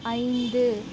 ஐந்து